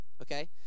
okay